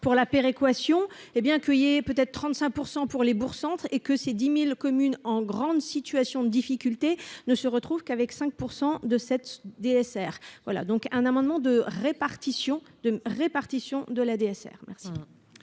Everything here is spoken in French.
pour la péréquation, hé bien cueillez peut être 35 % pour les bourgs centres et que ces 10000 communes en grande situation de difficultés ne se retrouvent qu'avec 5 % de 7 DSR voilà donc un amendement de répartition de répartition